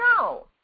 No